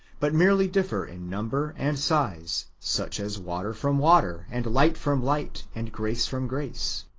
but merely differ in number and size such as water from water, and light from light, and grace from grace.